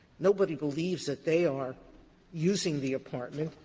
nobody believes that they are using the apartment.